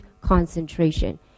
concentration